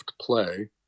play